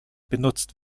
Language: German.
benutzt